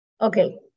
Okay